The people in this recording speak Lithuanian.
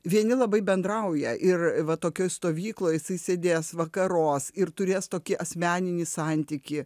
vieni labai bendrauja ir va tokioj stovykloj jisai sėdės vakaruos ir turės tokį asmeninį santykį